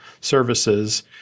services